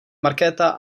markéta